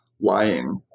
lying